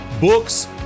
books